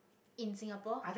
in singapore